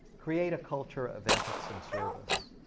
create a culture of ethics and service.